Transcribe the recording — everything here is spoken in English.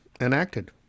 enacted